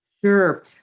Sure